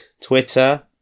Twitter